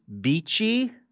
Beachy